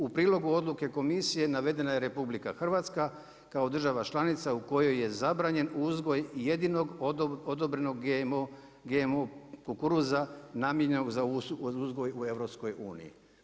U prilogu odluke komisije navedena je RH kao država članica u kojoj je zabranjen uzgoj jedinog odobrenog GMO kukuruza namijenjenog za uzgoj u EU-u.